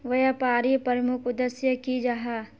व्यापारी प्रमुख उद्देश्य की जाहा?